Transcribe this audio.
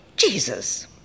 Jesus